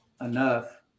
enough